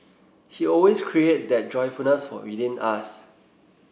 he always creates that joyfulness will within us